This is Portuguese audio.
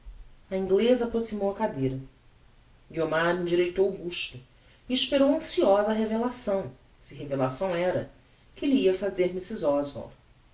a ingleza approximou a cadeira guiomar endireitou o busto e esperou anciosa a revelação se revelação era que lhe ia fazer mrs oswald